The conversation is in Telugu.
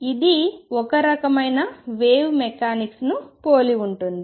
ఇది ఈ రకమైన వేవ్ మెకానిక్స్ను పోలి ఉంటుంది